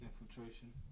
Infiltration